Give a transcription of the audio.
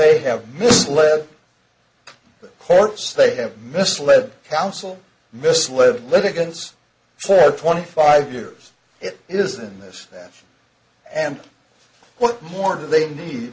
they have misled the court state have misled counsel misled litigants for twenty five years it isn't this that and what more do they need